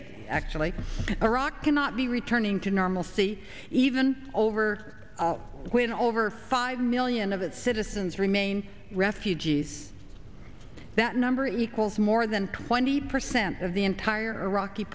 it actually iraq cannot be returning to normal see even over when over five million of its citizens remain refugees that number equals more than twenty percent of the entire iraqi